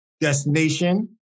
destination